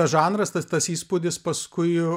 žanras tas tas įspūdis paskui